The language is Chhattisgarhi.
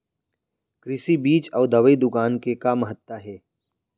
कृषि बीज अउ दवई दुकान के का महत्ता हे?